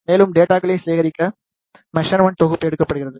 மேலும் டேட்டாகளை சேகரிக்க மெஷர்மென்ட்களின் தொகுப்பு எடுக்கப்படுகிறது